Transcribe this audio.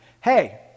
hey